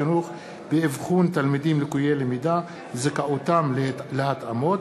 החינוך באבחון תלמידים לקויי למידה וזכאותם להתאמות.